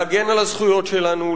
להגן על הזכויות שלנו,